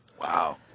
Wow